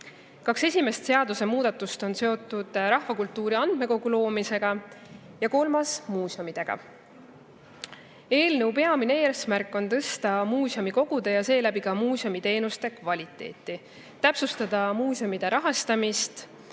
Kaks esimest seadusemuudatust on seotud rahvakultuuri andmekogu loomisega ja kolmas muuseumidega. Eelnõu peamine eesmärk on parandada muuseumikogude ja seeläbi ka muuseumiteenuste kvaliteeti, täpsustada muuseumide rahastamist,